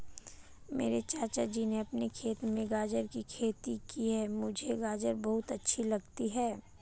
मेरे चाचा जी ने अपने खेत में गाजर की खेती की है मुझे गाजर बहुत अच्छी लगती है